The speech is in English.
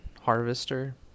Harvester